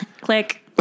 click